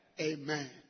amen